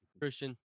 christian